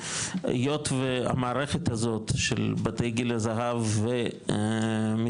היות והמערכת הזאת של בתי גיל הזהב ומקבצי